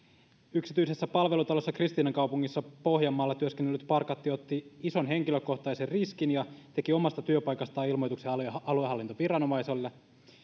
yksityisessä palvelutalossa kristiinankaupungissa pohjanmaalla työskennellyt parkatti otti ison henkilökohtaisen riskin ja teki omasta työpaikastaan ilmoituksen aluehallintoviranomaiselle